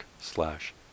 slash